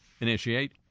initiate